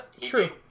True